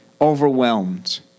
overwhelmed